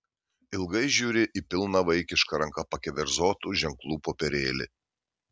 ilgai žiūri į pilną vaikiška ranka pakeverzotų ženklų popierėlį